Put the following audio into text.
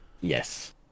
Yes